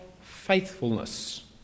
faithfulness